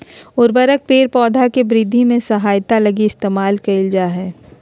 उर्वरक पेड़ पौधा के वृद्धि में सहायता लगी इस्तेमाल कइल जा हइ